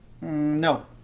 no